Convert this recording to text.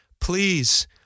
Please